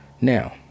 now